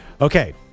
Okay